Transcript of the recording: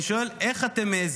אני שואל: איך אתם מעיזים